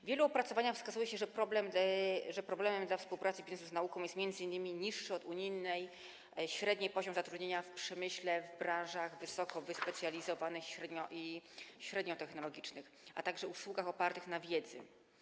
W wielu opracowaniach wskazuje się, że problemem dla współpracy biznesu z nauką jest m.in. niższy od unijnej średniej poziom zatrudnienia w przemyśle w branżach wysoko wyspecjalizowanych i średnio technologicznych, a także usługach opartych na wiedzy.